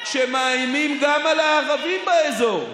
שמאיימים גם על הערבים באזור.